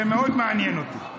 זה מאוד מעניין אותי.